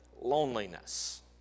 loneliness